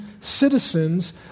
citizens